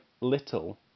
little